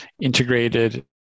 integrated